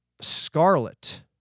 scarlet